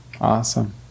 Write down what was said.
Awesome